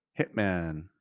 Hitman